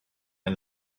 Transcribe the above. and